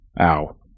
Ow